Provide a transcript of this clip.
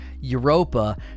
Europa